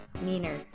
meaner